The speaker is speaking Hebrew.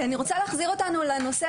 אני רוצה להחזיר אותנו לנושא,